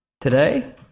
today